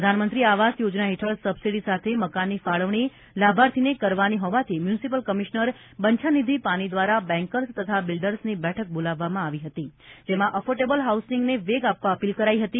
પ્રધાનમંત્રી આવાસ યોજના હેઠળ સબસીડી સાથે મકાનની ફાળવણી લાભાર્થીને કરવાની હોવાથી મ્યુનિસિપલ કમિશ્નર બંધાનિધિ પાની દ્વારા બેંકર્સ તથા બિલ્ડર્સની બેઠક બોલાવવામાં આવી હતી જેમાં એફોર્ડેબલ હાઉસીંગને વેગ આપવા અપીલ કરાઇ હતી